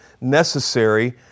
necessary